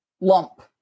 lump